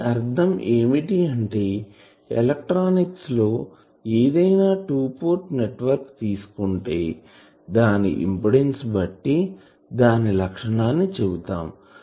దీని అర్ధం ఏమిటి అంటే ఎలక్ట్రానిక్స్ లో ఏదైనా 2 పోర్ట్ నెట్వర్కు తీసుకుంటే దాని ఇంపిడెన్సు బట్టి దాని లక్షణాన్ని చెబుతాం